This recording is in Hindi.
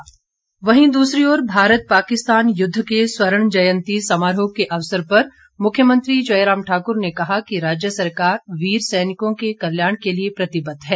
विजय दिवस मख्यमंत्री वहीं दूसरी ओर भारत पाकिस्तान युद्ध के स्वर्ण जयंती समारोह के अवसर पर मुख्यमंत्री जयराम ठाकुर ने कहा कि राज्य सरकार वीर सैनिकों के कल्याण के लिए प्रतिबद्ध है